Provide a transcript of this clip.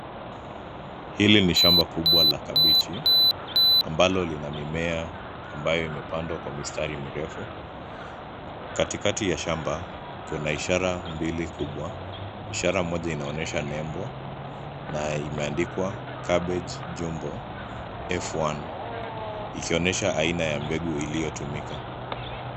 Hili ni shamba kubwa la kabechi ambalo lina mimea ambayo imepandwa kwa mistari mirefu. Katikati ya shamba kuna ishara mbili kubwa. Ishara moja inaonyesha nembo na imeandikwa cabbage jumbo f1 ikionyesha aina ya mbegu iliyotumika.